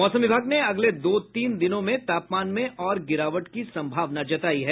मौसम विभाग ने अगले दो तीन दिनों में तापमान में और गिरावट की संभावना जतायी है